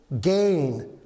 gain